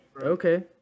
okay